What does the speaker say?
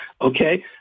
okay